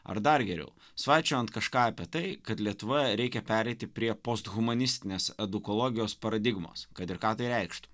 ar dar geriau svaičiojant kažką apie tai kad lietuvoje reikia pereiti prie posthumanistinės edukologijos paradigmos kad ir ką tai reikštų